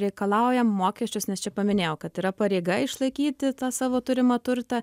reikalauja mokesčius nes čia paminėjau kad yra pareiga išlaikyti tą savo turimą turtą